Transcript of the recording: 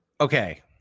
Okay